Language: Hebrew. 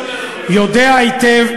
יודע היטב,